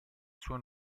suo